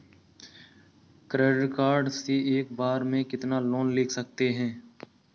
Credit card से एक बार में कितना लोन ले सकते हैं?